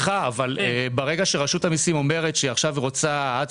ברגע שרשות המיסים אומרת שהיא רוצה עד